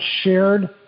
shared